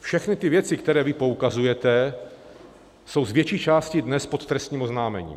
Všechny ty věci, na které poukazujete, jsou z větší části dnes pod trestním oznámením.